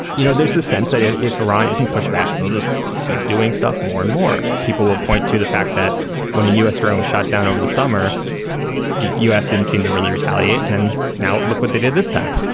you know there's a sense that if if iran isn't pushed back they'll just keep doing stuff more and more people will point to the fact that when a u s. drone was shot down over the summer the u s. didn't seem to really retaliate and and now look what they did this time.